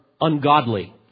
ungodly